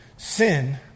Sin